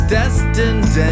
destined